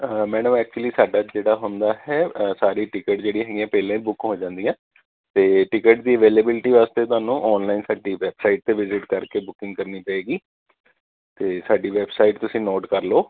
ਹਾਂ madam actually ਸਾਡਾ ਜਿਹੜਾ ਹੁੰਦਾ ਹੈ ਸਾਰੀ ਟਿਕਟ ਜਿਹੜੀਆਂ ਹੈਗੀਆਂ ਪਹਿਲਾਂ ਹੀ ਬੁੱਕ ਹੋ ਜਾਂਦੀਆਂ ਅਤੇ ਟਿਕਟ ਦੀ ਅਵੇਲੇਬਿਲਟੀ ਵਾਸਤੇ ਤੁਹਾਨੂੰ ਆਨਲਾਈਨ ਸਾਡੀ ਵੈਬਸਾਈਟ 'ਤੇ ਵਿਜਿਟ ਕਰਕੇ ਬੁਕਿੰਗ ਕਰਨੀ ਪਏਗੀ ਅਤੇ ਸਾਡੀ ਵੈਬਸਾਈਟ ਤੁਸੀਂ ਨੋਟ ਕਰ ਲਓ